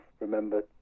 remember